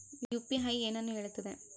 UPI ಏನನ್ನು ಹೇಳುತ್ತದೆ?